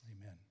amen